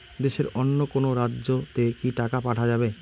দেশের অন্য কোনো রাজ্য তে কি টাকা পাঠা যাবে?